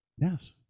Yes